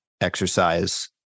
exercise